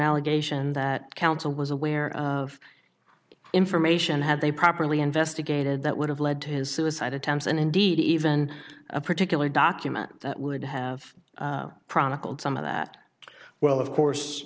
allegation that counsel was aware of information had they properly investigated that would have led to his suicide attempts and indeed even a particular document that would have some of that well of course